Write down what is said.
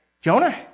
Jonah